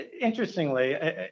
interestingly